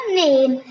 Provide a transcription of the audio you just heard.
name